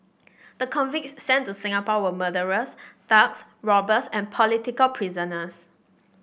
the convicts sent to Singapore were murderers thugs robbers and political prisoners